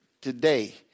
today